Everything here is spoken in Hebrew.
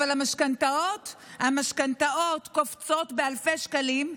אבל המשכנתאות קופצות באלפי שקלים.